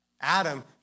Adam